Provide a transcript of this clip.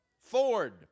Ford